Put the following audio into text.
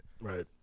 Right